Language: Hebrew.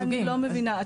אני לא מבינה,